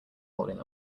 holding